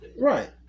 Right